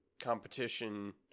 competition